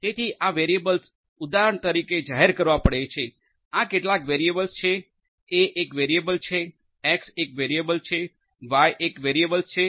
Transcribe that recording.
તેથી આ વેરિયેબલ્સ ઉદાહરણ તરીકે જાહેર કરવા પડે છે આ કેટલાક વેરિયેબલ્સ છે એ એક વેરિયેબલ છે એક્સ એક વેરિયેબલ છે વાય એક વેરિયેબલ છે